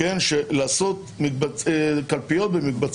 שכונות תהיה קלפי.